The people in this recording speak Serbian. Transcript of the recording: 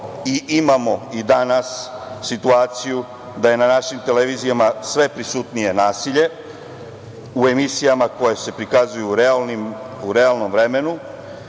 i imamo i danas situaciju da je na našim televizijama sve prisutnije nasilje u emisijama koje se prikazuju u realnom vremenu.